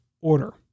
order